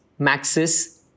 Maxis